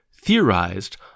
theorized